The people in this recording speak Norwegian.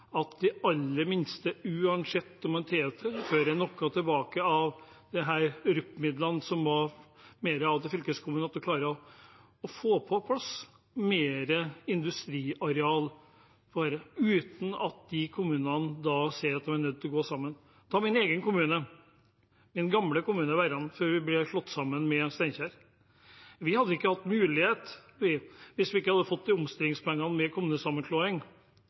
at de aller minste – uansett om man tilfører noe tilbake av disse RUP-midlene, som det var mer av til fylkeskommunene – klarer å få på plass mer industriareal uten at de kommunene ser etter en anledning til å gå sammen? Ta min egen kommune, min gamle kommune Verran, før vi ble slått sammen med Steinkjer: Vi hadde ikke hatt mulighet hvis vi ikke hadde fått de omstillingspengene med kommunesammenslåing,